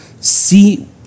see